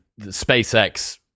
SpaceX